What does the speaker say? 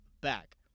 back